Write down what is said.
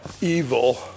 evil